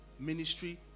ministry